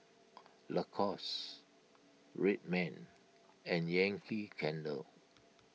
Lacoste Red Man and Yankee Candle